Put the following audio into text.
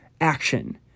action